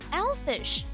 elfish